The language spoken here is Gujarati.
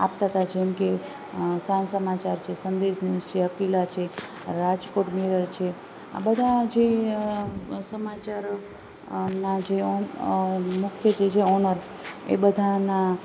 આપતાં હતાં જેમ કે સાંજ સમાચાર છે સંદેશ ન્યૂઝ છે અકિલા છે રાજકોટ નિડર છે આ બધાં જે સમાચારોના જે લખે જે મુખ્ય ઓનર એ બધાનાં